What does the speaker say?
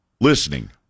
listening